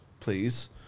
Please